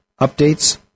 updates